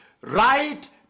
right